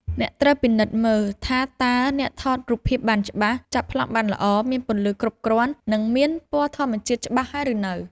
អ្នកត្រូវពិនិត្យមើល ថាតើអ្នកថតរូបភាពបានច្បាស់ ចាប់ប្លង់បានល្អ មានពន្លឺគ្រប់គ្រាន់ និងមានពណ៌ធម្មជាតិច្បាស់ហើយឬនៅ។